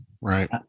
right